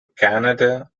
canada